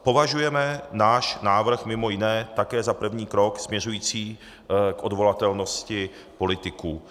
Považujeme náš návrh mj. také za první krok směřující k odvolatelnosti politiků.